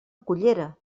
cullera